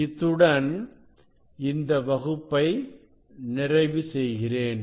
இத்துடன் இந்த வகுப்பை நிறைவு செய்கிறேன்